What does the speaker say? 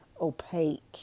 opaque